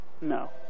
No